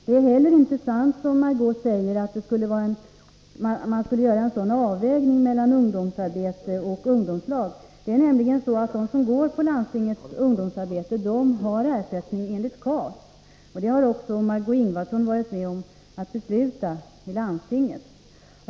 Det är inte heller sant att man skulle göra en sådan avvägning mellan ungdomsarbete och ungdomslag som Marg6ö Ingvardsson påstår. Det är nämligen så, att de som antagits till landstingets ungdomsarbete har ersättning enligt KAS. Det har Margé Ingvardsson varit med om att besluta i landstinget.